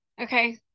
Okay